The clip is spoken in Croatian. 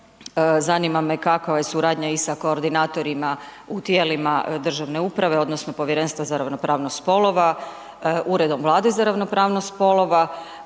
Zanima me kakva je suradnja i sa koordinatorima u tijelima državne uprave odnosno Povjerenstva za ravnopravnost spolova, Uredom Vlade za ravnopravnost spolova